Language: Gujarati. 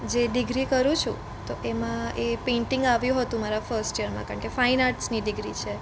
જે ડિગ્રી કરું છું તો એમાં એ પેઇન્ટિંગ આવ્યું હતું મારા ફસ્ટ યરમાં કારણ કે ફાઇન આર્ટ્સની ડિગ્રી છે